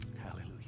Hallelujah